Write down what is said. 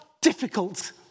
difficult